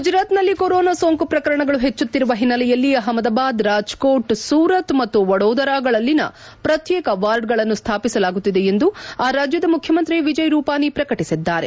ಗುಜರಾತ್ನಲ್ಲಿ ಕೊರೊನಾ ಸೋಂಕು ಪ್ರಕರಣಗಳು ಹೆಚ್ಚುತ್ತಿರುವ ಹಿನ್ನೆಲೆಯಲ್ಲಿ ಅಪ್ಪದಾಬಾದ್ ರಾಜ್ಕೋಟ್ ಸೂರತ್ ಮತ್ತು ವಡೋದರಗಳಲ್ಲಿನ ಪ್ರತ್ಯೇಕ ವಾರ್ಡ್ಗಳನ್ನು ಸ್ಥಾಪಿಸಲಾಗುತ್ತಿದೆ ಎಂದು ಆ ರಾಜ್ಯದ ಮುಖ್ಯಮಂತ್ರಿ ವಿಜಯ್ ರೂಪಾನಿ ಪ್ರಕಟಿಸಿದ್ದಾರೆ